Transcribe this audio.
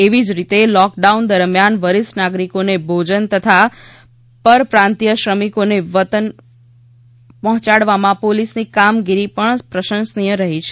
એવી જ રીતે લોકડાઉન દરમ્યાન વિરષ્ઠ નાગરિકોને ભોજન તથા પરપ્રાંતીય શ્રમિકોને વતનમાં પહોંચાડવામાં પોલીસની કામગીરી પણ પ્રશંસનીય રહી છે